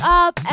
up